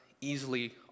easily